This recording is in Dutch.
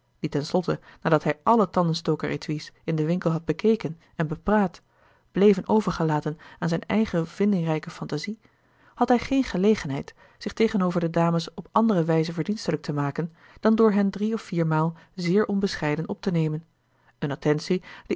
voorwerp die tenslotte nadat hij alle tandenstoker étuis in den winkel had bekeken en bepraat bleven overgelaten aan zijn eigen vindingrijke fantasie had hij geen gelegenheid zich tegenover de dames op andere wijze verdienstelijk te maken dan door hen drie of viermaal zéér onbescheiden op te nemen eene attentie